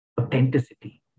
authenticity